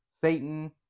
Satan